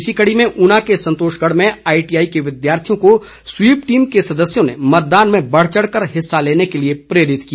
इसी कड़ी में ऊना के संतोषगढ़ में आईटीआई के विद्यार्थियों को स्वीप टीम के सदस्यों ने युवाओं को मतदान में बढ़चढ़ कर हिस्सा लेने के लिए प्रेरित किया